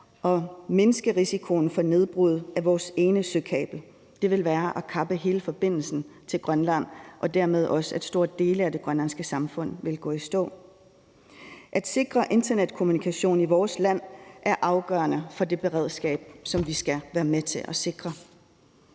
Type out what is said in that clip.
og mindske risikoen for nedbrud af vores ene søkabel. Det ville være at kappe hele forbindelsen til Grønland og dermed også, at store dele af det grønlandske samfund ville gå i stå. At sikre internetkommunikation i vores land er afgørende for det beredskab, som vi skal være med til at sikre.